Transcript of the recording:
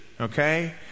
okay